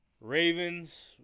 Ravens